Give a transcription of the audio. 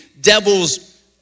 devil's